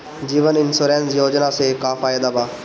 जीवन insurance योजना से का फायदा बा?